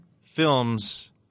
films